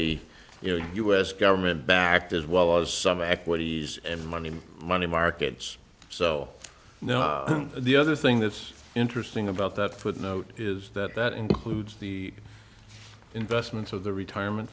ly you know u s government backed as well as some equities and money in money markets so the other thing that's interesting about that footnote is that that includes the investments of the retirement